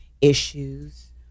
issues